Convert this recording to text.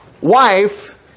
wife